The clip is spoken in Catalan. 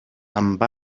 amb